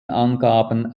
angaben